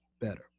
better